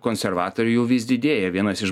konservatorių jau vis didėja vienas iš